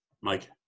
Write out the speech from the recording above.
Mike